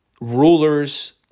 rulers